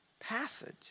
passage